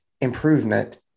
improvement